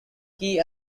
key